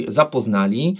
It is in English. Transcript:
zapoznali